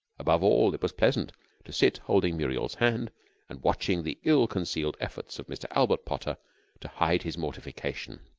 above all, it was pleasant to sit holding muriel's hand and watching the ill-concealed efforts of mr. albert potter to hide his mortification.